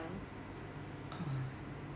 oh